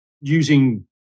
using